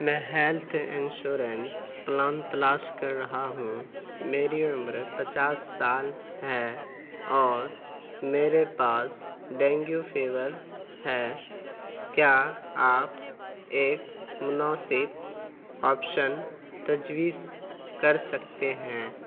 میں health insurance plan تلاش کر رہا ہوں میری عمر پچاس سال ہے اور میرے پاس ڈینگو فیور ہے کیا آپ ایک مناسب آپشن تجویز کر سکتے ہیں